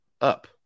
up